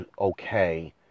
okay